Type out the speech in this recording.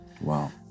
Wow